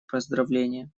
поздравления